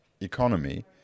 economy